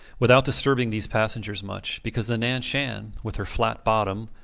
without disturbing these passengers much, because the nan-shan, with her flat bottom,